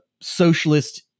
socialist